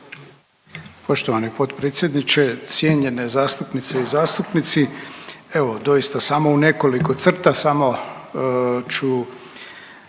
Poštovani potpredsjedniče, cijenjene zastupnice i zastupnici. Evo doista samo u nekoliko crta, samo ću